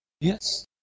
Yes